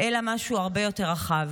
אלא זה משהו הרבה יותר רחב.